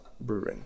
Brewing